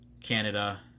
Canada